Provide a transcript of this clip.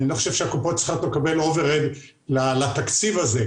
אני לא חושב שהקופות צריכות לקבל אוברהד לתקציב הזה,